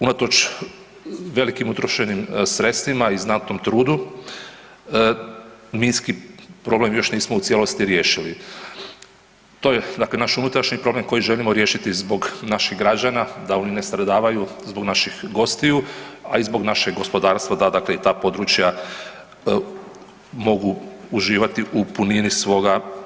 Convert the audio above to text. Unatoč velikim utrošenim sredstvima i znatnom trudu minski problem nismo još u cijelosti riješili, to je naš unutrašnji problem koji želimo riješiti zbog naših građana da oni ne stradavaju, zbog naših gostiju, a i zbog našeg gospodarstva da dakle i ta područja mogu uživati u punini svoga razvoja.